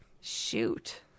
Shoot